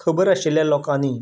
खबर आशिल्ल्या लोकांनी